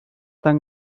tan